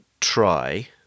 try